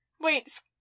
Wait